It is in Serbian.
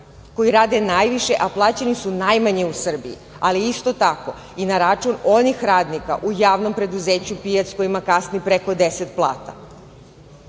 koji rade najviše a plaćeni su najmanje u Srbiji, ali isto tako i na račun onih radnika u javnom preduzeću „Pijaca“ kojima kasni preko 10